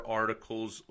articles